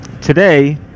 today